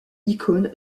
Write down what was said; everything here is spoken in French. icône